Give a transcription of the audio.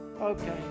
Okay